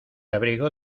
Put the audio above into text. abrigo